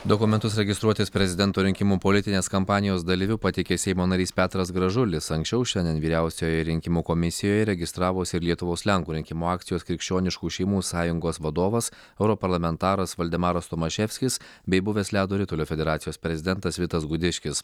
dokumentus registruotis prezidento rinkimų politinės kampanijos dalyviu pateikė seimo narys petras gražulis anksčiau šiandien vyriausioji rinkimų komisijoje registravosi ir lietuvos lenkų rinkimų akcijos krikščioniškų šeimų sąjungos vadovas europarlamentaras valdemaras tomaševskis bei buvęs ledo ritulio federacijos prezidentas vitas gudiškis